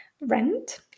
rent